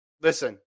Listen